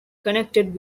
connected